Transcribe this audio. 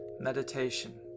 Meditation